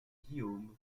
guillaume